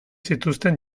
zituzten